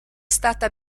stata